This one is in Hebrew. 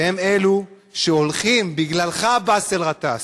והם אלו שהולכים, בגללך, באסל גטאס,